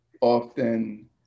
often